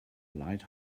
light